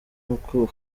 uko